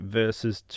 versus